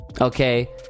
okay